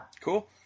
Cool